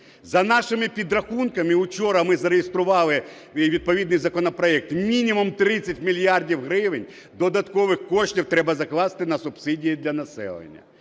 За нашими підрахунками, вчора ми зареєстрували відповідний законопроект, мінімум 30 мільярдів гривень додаткових коштів треба закласти на субсидії для населення.